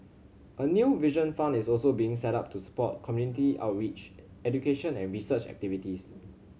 a new Vision Fund is also being set up to support community outreach education and research activities